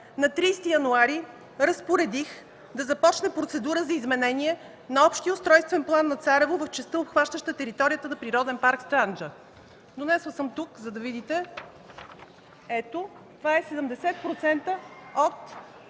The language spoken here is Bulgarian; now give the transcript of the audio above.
на 30 януари 2014 г. разпоредих да започне процедура за изменение на Общия устройствен план на Царево в частта, обхващаща територията за Природен парк „Странджа”. Донесла съм тук, за да видите – ето, това е 70% от